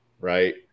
Right